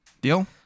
Deal